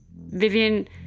Vivian